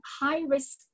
high-risk